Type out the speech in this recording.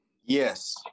Yes